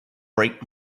break